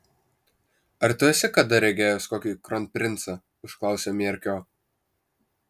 ar tu esi kada regėjęs kokį kronprincą užklausė mierkio